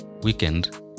weekend